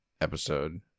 episode